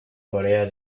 corea